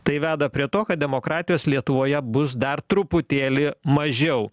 tai veda prie to kad demokratijos lietuvoje bus dar truputėlį mažiau